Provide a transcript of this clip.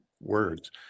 words